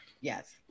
Yes